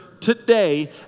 today